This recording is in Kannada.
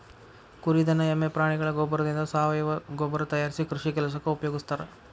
ಕುರಿ ದನ ಎಮ್ಮೆ ಪ್ರಾಣಿಗಳ ಗೋಬ್ಬರದಿಂದ ಸಾವಯವ ಗೊಬ್ಬರ ತಯಾರಿಸಿ ಕೃಷಿ ಕೆಲಸಕ್ಕ ಉಪಯೋಗಸ್ತಾರ